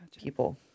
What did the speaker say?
people